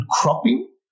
cropping